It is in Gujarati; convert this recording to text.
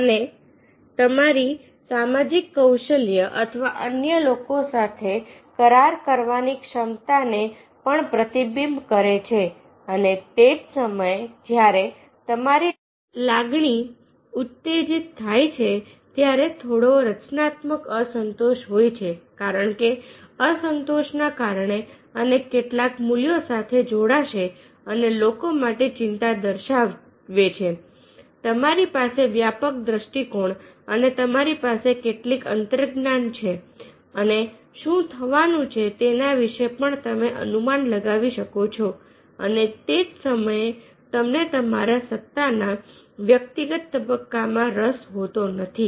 અને તે તમારી સામાજિક કૌશલ્ય અથવા અન્ય લોકો સાથે કરાર કરવાની ક્ષમતાને પણ પ્રતિબિંબ કરે છે અને તેજ સમયે જ્યારે તમારી લાગણી ઉત્તેજિત થાય છે ત્યારે થોડો રચનાત્મક અસંતોષ હોય છે કારણકે અસંતોષના કારણે અને કેટલાંક મૂલ્યો સાથે જોડાશે અને લોકો માટે ચિંતા દર્શાવે છેતમારી પાસે વ્યાપક દ્રષ્ટિકોણ અને તમારી પાસે કેટલીક અંતર્જ્ઞાન છે અને શું થવાનું છે તેના વિશે પણ તમે અનુમાન લગાવી શકો છો અને તે જ સમયે તમને તમારા સત્તાના વ્યક્તિગત તબક્કામાં રસ હોતો નથી